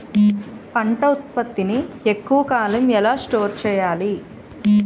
పంట ఉత్పత్తి ని ఎక్కువ కాలం ఎలా స్టోర్ చేయాలి?